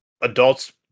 adults